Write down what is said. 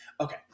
Okay